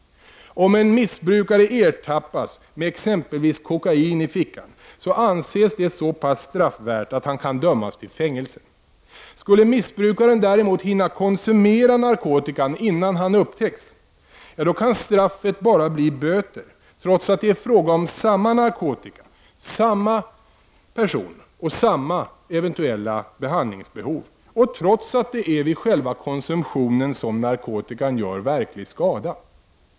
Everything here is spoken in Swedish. Om en missbrukare ertappas med exempelvis kokain i fickan anses det så pass straffvärt att han kan dömas till fängelse. Skulle missbrukaren däremot hinna konsumera narkotikan innan han upptäcks kan straffet endast bli böter, trots att det är fråga om samma narkotika, samma person och samma eventuella behandlingsbehov och trots att det är vid själva konsumtionen som narkotikan gör verklig skada.